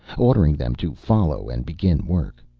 ordering them to follow and begin work.